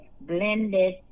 blended